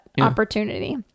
opportunity